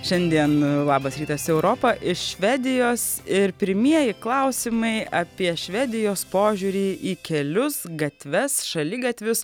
šiandien labas rytas europa iš švedijos ir pirmieji klausimai apie švedijos požiūrį į kelius gatves šaligatvius